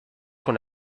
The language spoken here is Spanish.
con